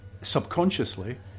subconsciously